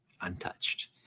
untouched